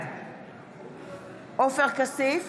בעד עופר כסיף,